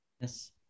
Yes